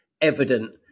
evident